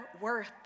worth